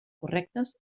correctes